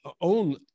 own